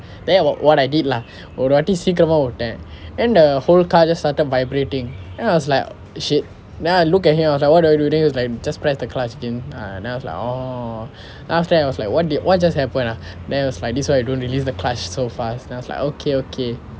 then what I did lah ஒரு வாட்டி சீக்கிரமா விட்டேன்:oru vaati sikkiramaa viten then the whole car just started vibrating then I was like shit then I look at him I was like what do I do then he was like just press the clutch again ah then I was lor orh then after that I was like [what] do what just happen ah then he was like this is why you don't release the clutch so fast then I was like okay okay